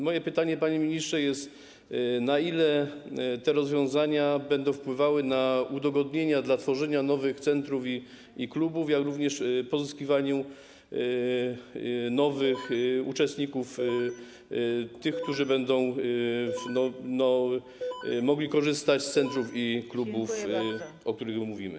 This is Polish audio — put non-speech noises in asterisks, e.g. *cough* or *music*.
Moje pytanie, panie ministrze, jest następujące: Na ile te rozwiązania będą wpływały na udogodnienia dotyczące tworzenia nowych centrów i klubów, jak również pozyskiwanie nowych uczestników, *noise* którzy będą mogli korzystać z centrów i klubów, o których mówimy?